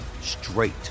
straight